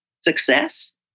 success